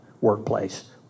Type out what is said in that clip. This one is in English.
workplace